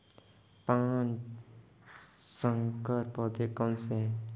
पाँच संकर पौधे कौन से हैं?